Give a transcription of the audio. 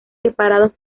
separados